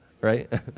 right